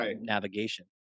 navigation